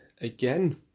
again